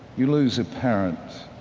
you lose a parent,